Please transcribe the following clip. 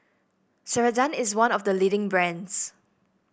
ceradan is one of the leading brands